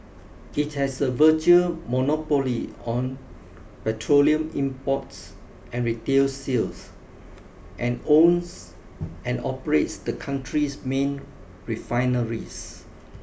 it has a virtual monopoly on petroleum imports and retail sales and owns and operates the country's main refineries